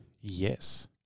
Yes